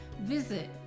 Visit